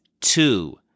two